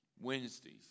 Wednesdays